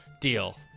deal